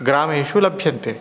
ग्रामेषु लभ्यन्ते